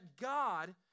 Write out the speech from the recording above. God